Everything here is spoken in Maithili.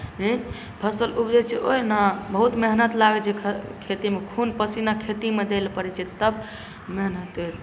हँ फसल उपजैत छै ओहिना बहुत मेहनत लागैत छै खेतीमे खून पसेना खेतीमे दै लेल पड़ैत छै तब मेहनत